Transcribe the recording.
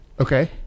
Okay